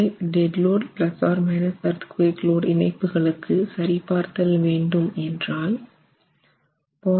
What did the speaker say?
5DL±EL இணைப்புகளுக்கு சரி பார்த்தல் வேண்டும் என்றால் 0